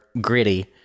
gritty